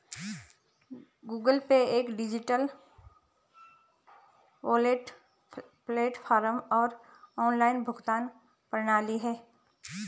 Google Pay एक digital wallet platform और online भुगतान प्रणाली है